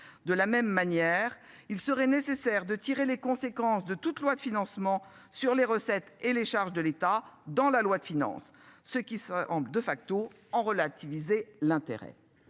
de la même manière, il serait nécessaire de tirer les conséquences de toute loi de financement sur les recettes et les charges de l'État dans la loi de finances. Ceux qui s'en de facto en relativiser l'intérêt.